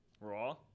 Raw